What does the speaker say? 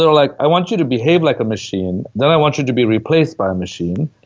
like, i want you to behave like a machine, then i want you to be replaced by a machine.